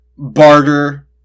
Barter